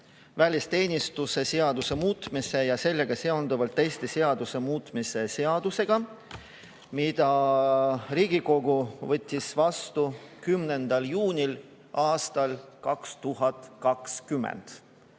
välisteenistuse seaduse muutmise ja sellega seonduvalt teiste seaduste muutmise seadusega, mille Riigikogu võttis vastu 10. juunil 2020.